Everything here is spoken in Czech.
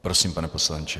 Prosím, pane poslanče.